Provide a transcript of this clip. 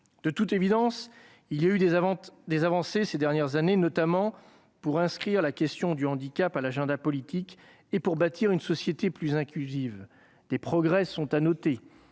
De toute évidence, il y a eu des avancées ces dernières années, notamment pour inscrire la question du handicap à l'agenda politique et bâtir une société plus inclusive. Des progrès sont à noter.